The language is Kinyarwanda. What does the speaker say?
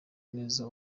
neza